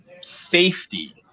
safety